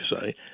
say